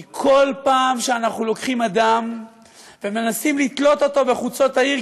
כי כל פעם שאנחנו לוקחים אדם ומנסים לתלות אותו בחוצות העיר,